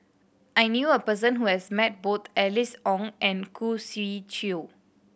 I knew a person who has met both Alice Ong and Khoo Swee Chiow